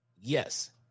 Yes